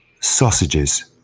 Sausages